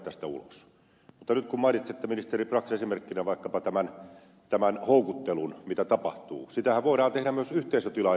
mutta nyt kun mainitsitte ministeri brax esimerkkinä vaikkapa tämän houkuttelun mitä tapahtuu niin sitähän voidaan tehdä myös yhteisötilaajaverkon kautta